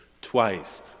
Twice